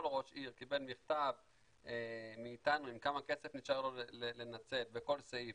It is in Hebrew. כל ראש עיר קיבל מכתב מאיתנו עם כמה כסף נשאר לו לנצל בכל סעיף,